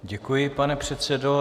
Děkuji, pane předsedo.